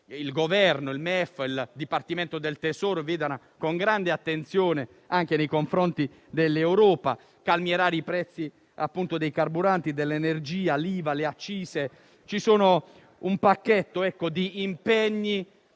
il Governo, il MEF e il Dipartimento del tesoro guardino con grande attenzione anche nei confronti dell'Europa. Bisogna calmierare i prezzi dei carburanti, dell'energia, l'IVA e le accise. C'è un pacchetto di impegni